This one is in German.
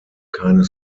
keine